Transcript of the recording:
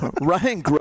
Ryan